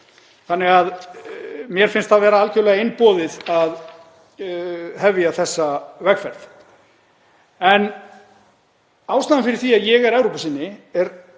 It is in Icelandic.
nú eru. Mér finnst það vera algerlega einboðið að hefja þessa vegferð. En ástæðan fyrir því að ég er Evrópusinni er